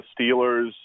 Steelers